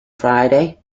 friday